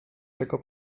tego